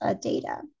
data